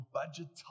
budget